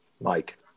Mike